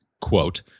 quote